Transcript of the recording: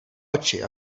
oči